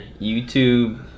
YouTube